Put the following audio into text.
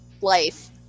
life